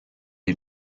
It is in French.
est